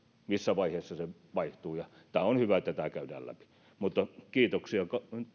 missä vaiheessa se vaihtuu on hyvä että tämä käydään läpi kiitoksia